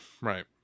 Right